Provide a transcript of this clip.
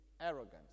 arrogance